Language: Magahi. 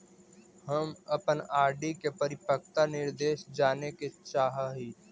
हम अपन आर.डी के परिपक्वता निर्देश जाने के चाह ही